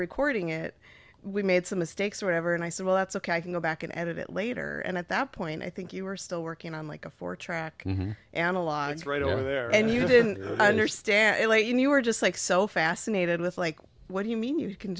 recording it we made some mistakes or whatever and i said well that's ok i can go back and edit it later and at that point i think you were still working on like a four track analogues right over there and you didn't understand what you were just like so fascinated with like what do you mean you can